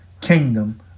kingdom